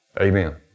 amen